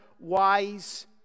wise